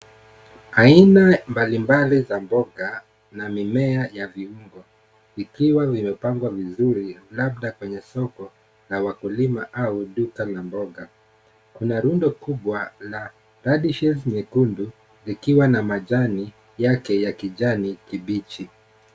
Aina mbalimbali za mboga na mimiea ya kupandwa ikiwa zimepangwa vizuri, labda kwenye soko la wakulima au duka la mboga. Rundo kubwa nyekundu kuwa na majani ya kijani kibichi.